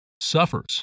suffers